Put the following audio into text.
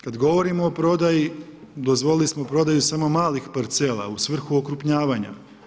Kad govorimo o prodaji dozvolili smo prodaju samo malih parcela u svrhu okrupnjavanja.